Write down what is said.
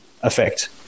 effect